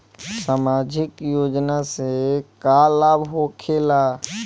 समाजिक योजना से का लाभ होखेला?